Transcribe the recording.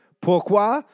Pourquoi